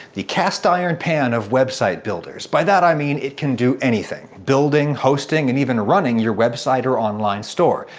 the cast iron pan of website builders. by that, i mean, it can do anything building, hosting and even running your website or online store.